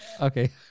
Okay